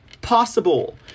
possible